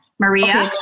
Maria